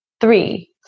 Three